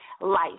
life